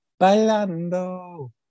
Bailando